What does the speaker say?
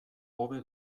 hobe